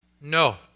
No